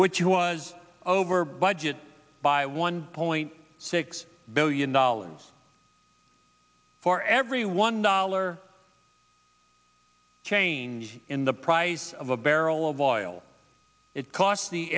you was over budget by one point six billion dollars for every one dollar change in the price of a barrel of oil it costs the